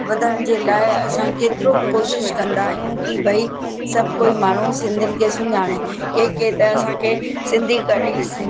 वधण जे लाइ असां केतिरो बि कोशिशि कंदा आहियूं की भई सभु कोई माण्हू सिंधियुनि खे सुञाणे के के त असांखे सिंधी कढ़ी सि